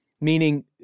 meaning